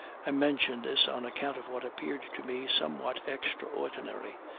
i mention this on account of what appeared to me somewhat extraordinary.